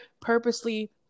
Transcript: purposely